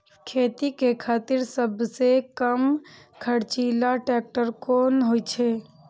खेती के खातिर सबसे कम खर्चीला ट्रेक्टर कोन होई छै?